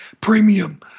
premium